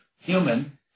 human